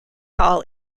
hall